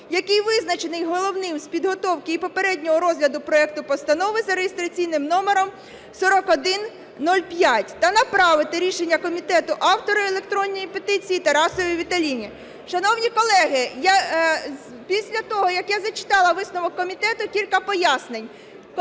який визначений головним з підготовки і попереднього розгляду проекту Постанови за реєстраційним номером 4105, та направити рішення комітету автору електронної петиції Тарасовій Віталіні. Шановні колеги, після того, як я зачитала висновок комітету, кілька пояснень.